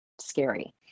scary